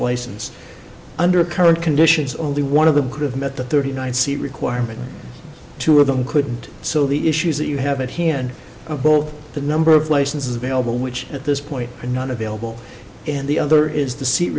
licensed under current conditions only one of them could have met the thirty nine c requirement two of them couldn't so the issues that you have at hand both the number of licenses available which at this point are not available and the other is the seat